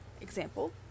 Example